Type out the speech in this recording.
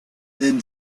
then